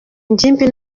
ngimbi